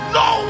no